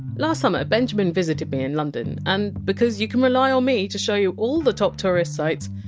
last summer, benjamen visited me in london, and because you can rely on me to show you all the top tourist sights,